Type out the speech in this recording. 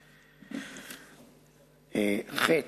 ח.